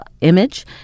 image